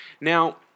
Now